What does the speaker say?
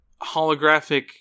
holographic